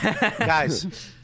Guys